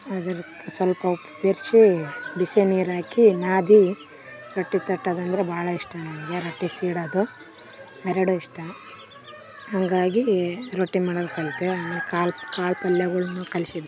ಅದರ ಸ್ವಲ್ಪ ಉಪ್ಪು ಬೆರೆಸಿ ಬಿಸಿ ನೀರು ಹಾಕಿ ನಾದಿ ರೊಟ್ಟಿ ತಟ್ಟೋದ್ ಅಂದ್ರೆ ಭಾಳ ಇಷ್ಟ ನಂಗೆ ರೊಟ್ಟಿ ತೀಡೋದು ಎರಡು ಇಷ್ಟ ಹಂಗಾಗೀ ರೊಟ್ಟಿ ಮಾಡೋದ್ ಕಲಿತೆ ಆಮೇಲೆ ಕಾಳು ಕಾಳು ಪಲ್ಯಗಳನ್ನು ಕಲಿಸಿದ್ರು